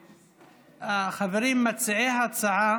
חברים, מציעי ההצעה